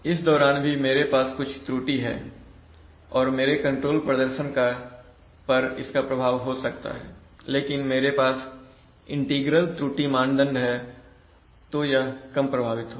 इस दौरान भी मेरे पास कुछ त्रुटि है और मेरे कंट्रोल प्रदर्शन पर इसका प्रभाव हो सकता है लेकिन अगर मेरे पास एक इंटीग्रल त्रुटि मानदंड है तो यह कम प्रभावित होगा